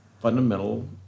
fundamental